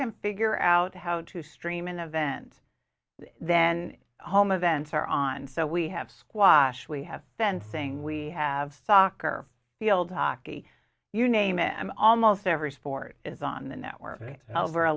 can figure out how to stream an event then home adventure on so we have squash we have fencing we have soccer field hockey you name it i'm almost every sport is on the network over